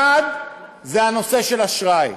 1. הנושא של אשראי: